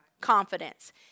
confidence